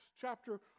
chapter